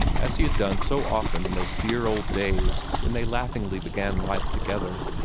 as he had done so often in those dear old days when they laughingly began life together.